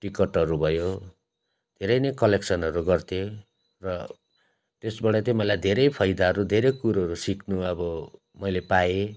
टिकटहरू भयो धेरै नै कलेक्सनहरू गर्थेँ र त्यसबाट त्यही मलाई धेरै फाइदाहरू धेरै कुरोहरू सिक्नु अब मैले पाएँ